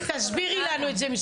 תסבירי לנו את זה,